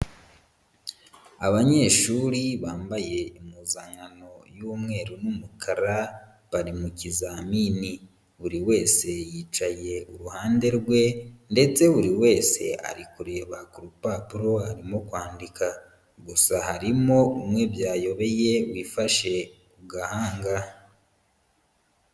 Abanyeshuri bambaye impuzankano y'umweru n'umukara bari mu kizamini, buri wese yicaye iruhande rwe ndetse buri wese ari kureba ku rupapuro arimo kwandika, gusa harimo umwe byayobeye wifashe ku gahanga.